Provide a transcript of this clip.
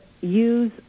use